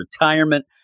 retirement